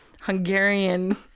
Hungarian